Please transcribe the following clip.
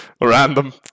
random